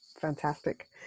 fantastic